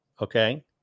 okay